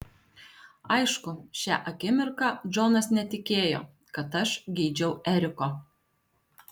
aišku šią akimirką džonas netikėjo kad aš geidžiau eriko